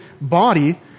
body